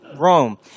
Rome